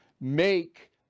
make